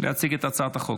להציג את הצעת החוק.